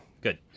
Good